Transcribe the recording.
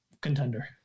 contender